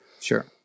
sure